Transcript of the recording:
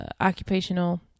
occupational